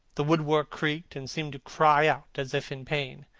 the woodwork creaked and seemed to cry out as if in pain.